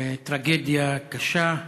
טרגדיה קשה.